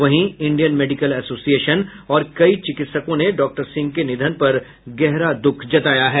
वहीं Indian medical association और कई चिकित्सकों ने डॉक्टर सिंह के निधन पर गहरा दुःख जताया है